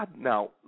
Now